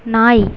நாய்